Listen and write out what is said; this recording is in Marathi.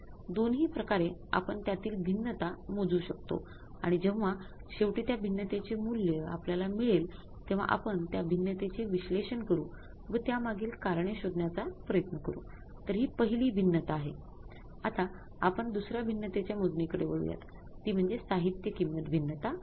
तर दोन्ही प्रकारे आपण त्यातील भिन्नता